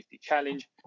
challenge